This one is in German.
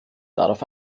darauf